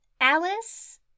Alice